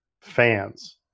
fans